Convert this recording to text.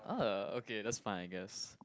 orh okay that's fine I guess